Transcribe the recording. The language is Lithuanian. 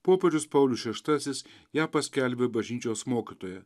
popiežius paulius šeštasis ją paskelbė bažnyčios mokytoja